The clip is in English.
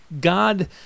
God